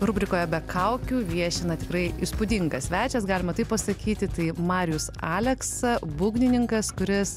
rubrikoje be kaukių vieši na tikrai įspūdingas svečias galima taip pasakyti tai marijus aleksa būgnininkas kuris